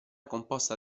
composta